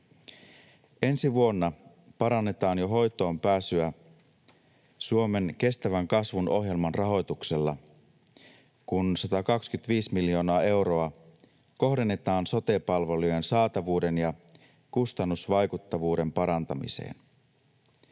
Ensi vuonna parannetaan jo hoitoonpääsyä Suomen kestävän kasvun ohjelman rahoituksella, kun 125 miljoonaa euroa kohdennetaan sote-palvelujen saatavuuden ja kustannusvaikuttavuuden parantamiseen.